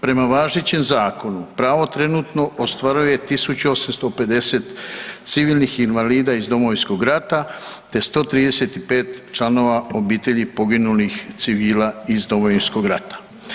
Prema važećem zakonu pravo trenutno ostvaruje 1850 civilnih invalida iz Domovinskog rata, te 135 članova obitelji poginulih civila iz Domovinskog rata.